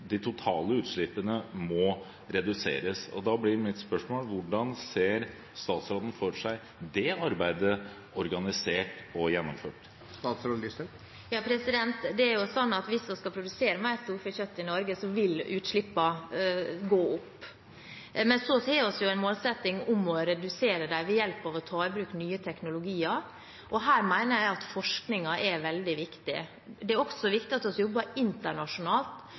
De totale utslippene må reduseres, og da blir mitt spørsmål: Hvordan ser statsråden for seg det arbeidet organisert og gjennomført? Det er jo sånn at hvis vi skal produsere mer storfekjøtt i Norge, vil utslippene gå opp. Men så har vi en målsetting om å redusere dem ved å ta i bruk nye teknologier, og her mener jeg at forskningen er veldig viktig. Det er også viktig at vi jobber internasjonalt,